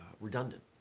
redundant